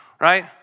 Right